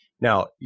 Now